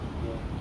ya